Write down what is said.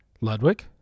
Ludwig